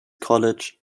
college